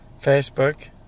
Facebook